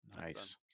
Nice